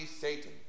Satan